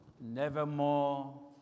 Nevermore